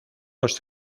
los